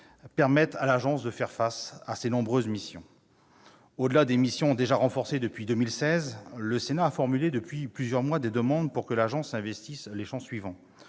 permette à l'agence de faire face à ses nombreuses missions. Au-delà des missions déjà renforcées depuis 2016, le Sénat a formulé des demandes pour que l'agence investisse les champs suivants